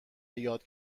یاد